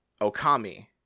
Okami